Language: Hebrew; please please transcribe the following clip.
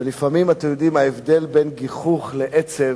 ולפעמים, אתם יודעים, ההבדל בין גיחוך לעצב,